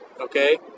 okay